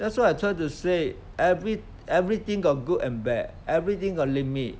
that's what I try to say every everything got good and bad everything got limit